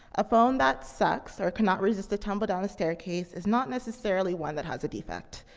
a phone that sucks or cannot resist a tumble down a staircase is not necessarily one that has a defect.